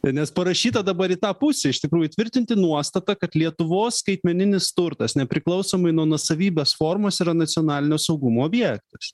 nes parašyta dabar į tą pusę iš tikrųjų įtvirtinti nuostatą kad lietuvos skaitmeninis turtas nepriklausomai nuo nuosavybės formos yra nacionalinio saugumo objektas